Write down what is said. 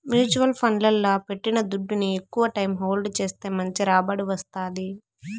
mutual ఫండ్లల్ల పెట్టిన దుడ్డుని ఎక్కవ టైం హోల్డ్ చేస్తే మంచి రాబడి వస్తాది